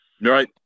Right